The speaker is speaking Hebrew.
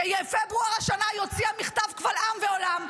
בפברואר השנה היא הוציאה מכתב קבל עם ועולם,